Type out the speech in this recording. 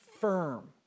firm